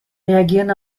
reagieren